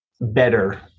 better